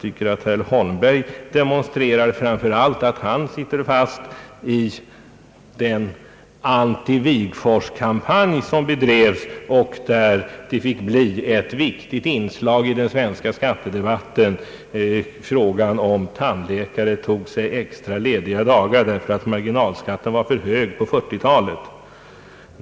Herr Holmberg demonstrerar framför allt att han sitter fast i den anti-Wigforsskampanj som en gång bedrevs, då ett viktigt inslag i den svenska skattedebatten var frågan om tandläkare tog sig extra lediga dagar därför att marginalskatten var för hög på 1940-talet.